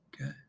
Okay